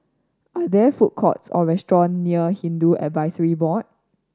are there food courts or restaurant near Hindu Advisory Board